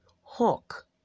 Hawk